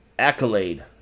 Accolade